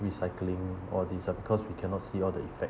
recycling all these ah because we cannot see all the effect